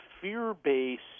fear-based